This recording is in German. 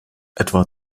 etwa